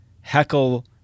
heckle